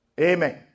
Amen